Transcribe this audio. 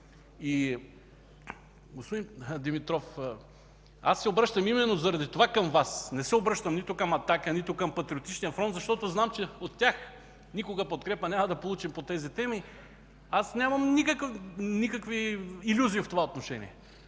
Господин Димитров, обръщам се именно заради това към Вас – не се обръщам нито към „Атака”, нито към Патриотичния фронт, защото знам, че от тях никога няма да получим подкрепа по тези теми. Аз нямам никакви илюзии в това отношение.